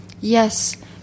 Yes